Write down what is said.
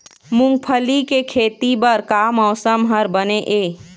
मूंगफली के खेती बर का मौसम हर बने ये?